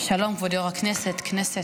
שלום, כבוד היושב-ראש.